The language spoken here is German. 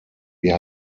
wir